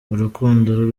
urukundo